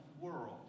world